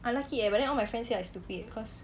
I like it eh but then all my friends say I stupid cause